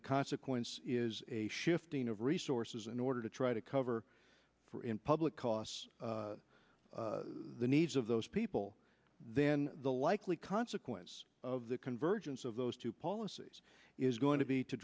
the consequence is a shifting of resources in order to try to cover for in public costs the needs of those people then the likely consequence of the convergence of those two policies is going to be to